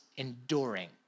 Enduring